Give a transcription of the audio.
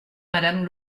madame